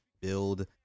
build